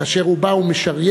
כאשר הוא בא ומשריין,